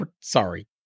Sorry